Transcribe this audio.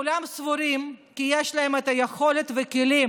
כולם סבורים כי יש להם את היכולת ואת הכלים